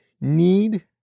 need